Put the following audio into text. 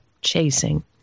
chasing